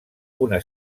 una